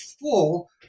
full